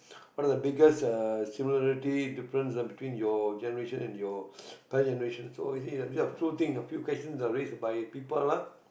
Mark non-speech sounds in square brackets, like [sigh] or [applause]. what are the biggest uh similarity difference between your generation and your [breath] parent's generation so you see these are a true thing a few questions are raised by people ah